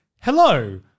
hello